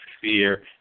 fear